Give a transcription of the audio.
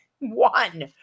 One